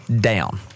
DOWN